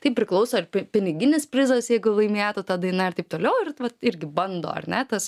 tai priklauso ir pi piniginis prizas jeigu laimėtų ta daina ir taip toliau ir tai vat irgi bando ar ne tas